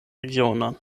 regionon